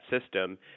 system